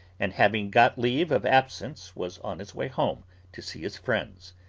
and having got leave of absence was on his way home to see his friends.